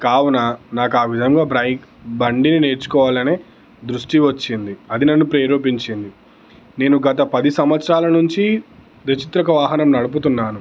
కావున నాకు ఆ విధంగా బైక్ బండిని నేర్చుకోవాలని దృష్టి వచ్చింది అది నన్ను ప్రేరేపించింది నేను గత పది సంవత్సరాల నుంచి ద్విచక్ర వాహనం నడుపుతున్నాను